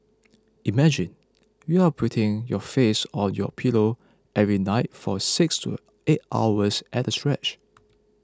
imagine you're putting your face on your pillow every night for six to eight hours at a stretch